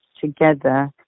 together